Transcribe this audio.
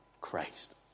Christ